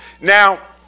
Now